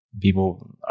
people